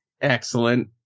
excellent